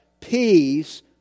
peace